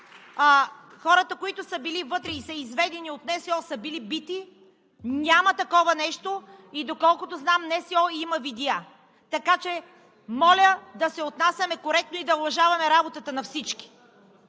хората, които са били вътре и изведени от НСО, са били бити – няма такова нещо! Доколкото знам, НСО има и видеа, така че моля да се отнасяме коректно и да уважаваме работата на всички.